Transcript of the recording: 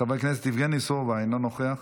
חברת הכנסת אורנה ברביבאי, אינה נוכחת,